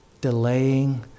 delaying